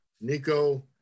Nico